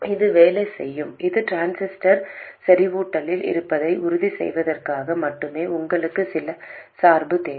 இது வேலை செய்யும் இது டிரான்சிஸ்டர் செறிவூட்டலில் இருப்பதை உறுதி செய்வதற்காக மட்டுமே உங்களுக்கு சில சார்பு தேவை